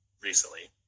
recently